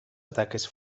ataques